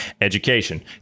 education